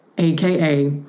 AKA